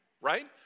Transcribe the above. right